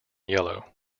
yellow